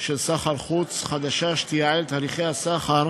הצעת חוק התכנון והבנייה (תיקון מס' 117),